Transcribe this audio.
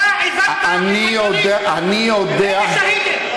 אתה, אני יודע, אני יודע, ואלה שהידים.